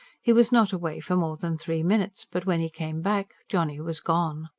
he was not away for more than three minutes, but when he came back johnny was gone.